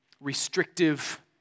restrictive